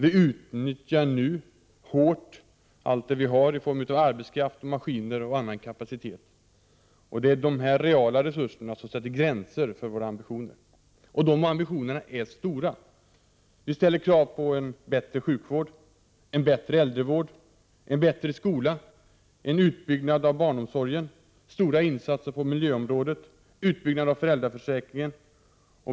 Vi utnyttjar nu hårt allt det vi har i form av arbetskraft, maskiner och annan kapacitet. Det är dessa reala resurser som sätter gränser för våra ambitioner. De ambitionerna är stora. Vi ställer krav på en bättre sjukvård, en bättre äldrevård, en bättre skola, en utbyggnad av barnomsorgen, stora insatser på miljöområdet samt utbyggnad av föräldraförsäkringen.